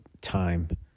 time